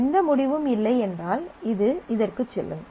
எந்த முடிவும் இல்லை என்றால் இது இதற்கு செல்லும்